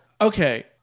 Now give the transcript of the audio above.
okay